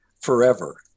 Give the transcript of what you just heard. forever